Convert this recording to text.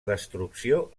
destrucció